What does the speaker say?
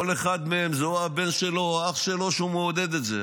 כל אחד מהם זה או הבן שלו או אח שלו שמעודד את זה,